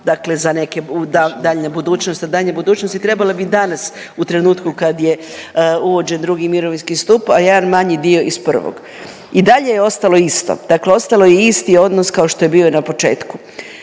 daljnje budućnosti, trebale bi danas u trenutku kad je uvođen 2. mirovinski stup, a jedan manji dio iz prvog. I dalje je ostalo isto, dakle ostalo je isti odnos kao što je bio i na početku.